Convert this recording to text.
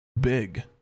big